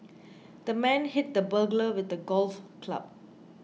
the man hit the burglar with a golf club